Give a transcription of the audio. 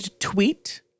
tweet